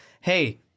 hey